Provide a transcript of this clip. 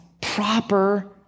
proper